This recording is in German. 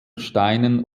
steinen